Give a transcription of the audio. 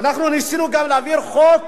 אנחנו ניסינו גם להעביר חוק